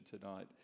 tonight